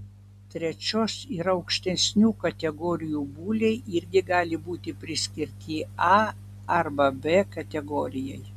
trečios ir aukštesnių kategorijų buliai irgi gali būti priskirti a arba b kategorijai